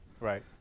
Right